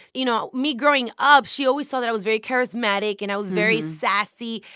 you know, me growing up, she always saw that i was very charismatic. and i was very sassy.